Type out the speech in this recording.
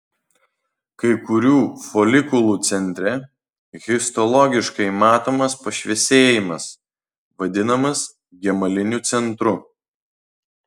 kai kurių folikulų centre histologiškai matomas pašviesėjimas vadinamas gemaliniu centru